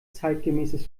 zeitgemäßes